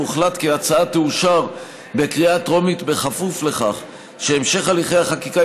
והוחלט כי ההצעה תאושר בקריאה טרומית בכפוף לכך שהמשך הליכי החקיקה